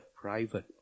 private